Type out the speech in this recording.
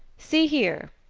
see here,